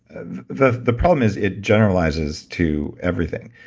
and the the problem is it generalizes to everything,